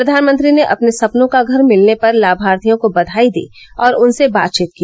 प्रधानमंत्री ने अपने सपनों का घर मिलने पर लाभार्थियों को बधाई दी और उनसे बातचीत की